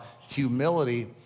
humility